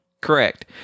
Correct